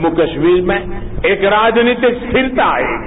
जम्मू कश्मीर में एक राजनीतिक स्थिरता आएगी